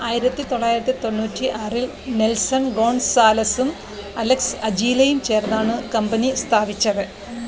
ആയിരത്തി തൊള്ളായിരത്തി തൊണ്ണൂറ്റി ആറിൽ നെൽസൺ ഗോൺസാലസും അലക്സ് അജീലയും ചേർന്നാണ് കമ്പനി സ്ഥാപിച്ചത്